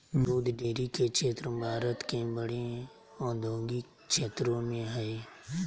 दूध डेरी के क्षेत्र भारत के बड़े औद्योगिक क्षेत्रों में हइ